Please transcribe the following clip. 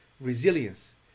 resilience